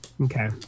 Okay